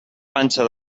panxa